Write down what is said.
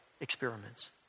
experiments